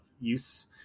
use